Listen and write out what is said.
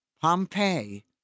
Pompeii